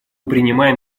принимаем